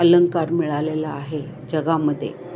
अलंंकार मिळालेलं आहे जगामध्ये